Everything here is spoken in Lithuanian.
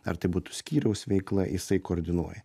ar tai būtų skyriaus veikla jisai koordinuoja